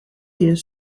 here